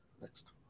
next